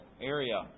area